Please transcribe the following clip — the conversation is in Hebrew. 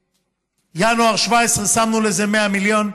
בינואר 2017 שמנו לזה 100 מיליון.